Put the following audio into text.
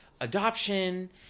adoption